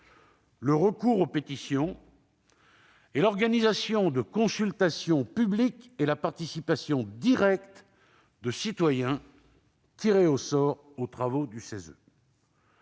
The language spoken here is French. le recours aux pétitions ; l'organisation de consultations publiques et la participation directe de citoyens tirés au sort aux travaux du CESE.